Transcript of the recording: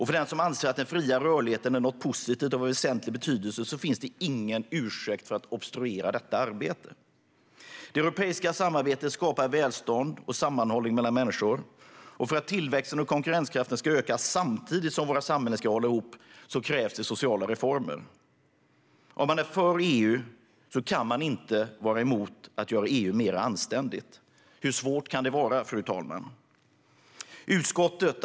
För den som anser att den fria rörligheten är något positivt och av väsentlig betydelse finns det ingen ursäkt för att obstruera detta arbete. Det europeiska samarbetet skapar välstånd och sammanhållning mellan människor. För att tillväxten och konkurrenskraften ska öka, samtidigt som våra samhällen ska hålla ihop, krävs det sociala reformer. Om man är för EU kan man inte vara emot att göra EU mer anständigt. Hur svårt kan det vara, fru talman?